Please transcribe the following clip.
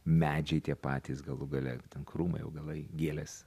medžiai tie patys galų gale ten krūmai augalai gėlės